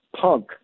punk